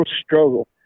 struggle